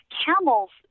camels